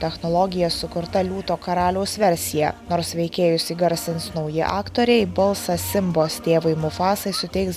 echnologija sukurta liūto karaliaus versija nors veikėjus įgarsins nauji aktoriai balsą simbos tėvui mufasai suteiks